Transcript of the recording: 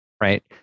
right